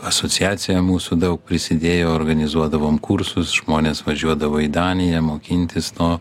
asociacija mūsų daug prisidėjo organizuodavom kursus žmonės važiuodavo į daniją mokintis to